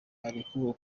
arekurwa